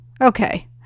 Okay